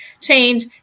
change